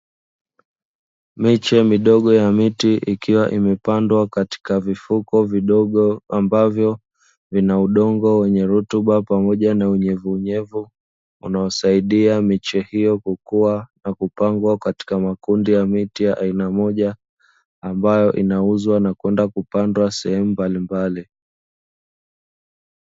Miche midogo ya miti ikiwa imepandwa katika vifuko vidogo ambavyo vina udongo wenye rutuba pamoja na unyevunyevu unaosaidia miche hiyo kukuwa na kupangwa katika makundi ya miti ya aina moja ambayo inauzwa na kwenda kupandwa sehemu mbalimbali.